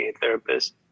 therapist